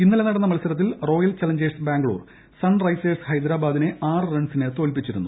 ഇന്നലെ നടന്ന മത്സരത്തിൽ റോയൽ ചലഞ്ചേഴ്സ് ബാംഗ്ലൂർ സൺറൈസേഴ്സ് ഹൈദരാബാദിനെ ആറ് റൺസിന് തോൽപ്പിച്ചിരുന്നു